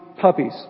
puppies